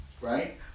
right